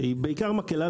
שהיא בעיקר מקלה,